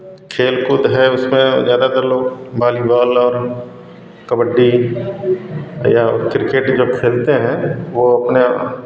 खेल कूद है उसमें ज़्यादातर लोग बॉलीबॉल और कबड्डी या किर्केट यह लोग खेलते हैं वे अपने